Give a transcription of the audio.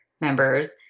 members